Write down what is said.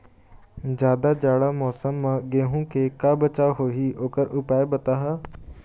जादा जाड़ा मौसम म गेहूं के का बचाव होही ओकर उपाय बताहा?